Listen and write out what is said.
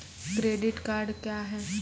Credit card क्या हैं?